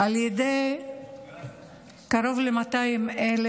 על ידי קרוב ל-200,000